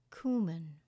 Cumin